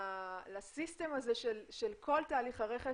לסיסטם של כל תהליך הרכש,